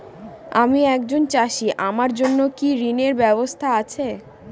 আমি একজন চাষী আমার জন্য কি ঋণের ব্যবস্থা আছে?